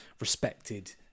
respected